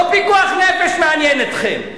לא פיקוח נפש מעניין אתכם.